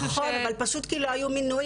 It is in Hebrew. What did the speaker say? נכון אבל פשוט כי לא היו מינויים.